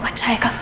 ah take ah